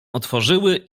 otworzyły